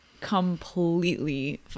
completely